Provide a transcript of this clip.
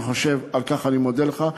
על כך אני מודה לך.